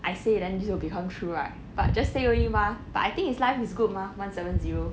I say then this will become true right but just say only mah but I think is life is good mah one seven zero